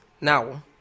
now